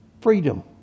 freedom